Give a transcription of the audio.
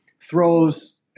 Throws